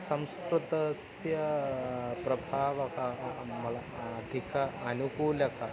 संस्कृतस्य प्रभावः म अधिकानुकूलः